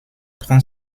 prend